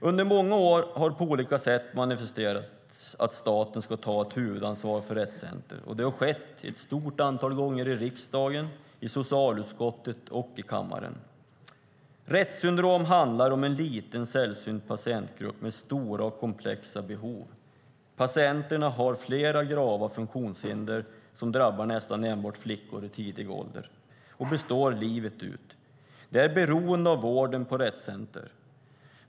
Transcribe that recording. Under många år har det på olika sätt manifesterats att staten ska ta ett huvudansvar för Rett Center, och det har skett ett stort antal gånger i riksdagen, i socialutskottet och i kammaren. Retts syndrom handlar om en liten patientgrupp med en sällsynt sjukdom och med stora och komplexa behov. Patienterna har flera grava funktionshinder, och sjukdomen drabbar nästan enbart flickor i tidig ålder. Funktionshindren består livet ut. Patienterna är beroende av vården på Rett Center.